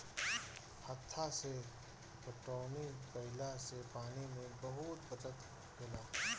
हत्था से पटौनी कईला से पानी के बहुत बचत होखेला